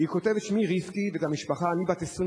היא כותבת: שמי רבקי, ואת שם המשפחה, אני בת 22,